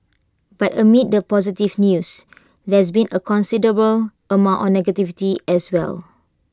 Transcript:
but amid the positive news there's been A considerable amount of negativity as well